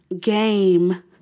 game